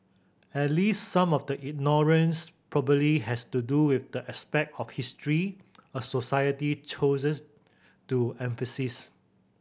at least some of the ignorance probably has to do with the aspect of history a society chooses to emphasise